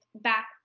back